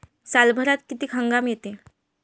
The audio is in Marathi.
सालभरात किती हंगाम येते?